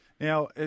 Now